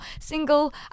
single